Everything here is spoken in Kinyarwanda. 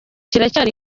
kiracyari